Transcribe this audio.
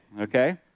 Okay